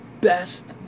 best